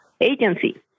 agency